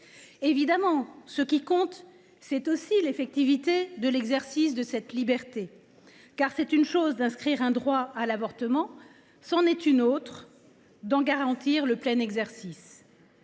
évidemment, ce qui compte est aussi l’effectivité de l’exercice de cette liberté : c’est une chose d’inscrire un droit à l’avortement, c’en est une autre d’en garantir le plein exercice.